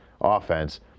Offense